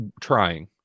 trying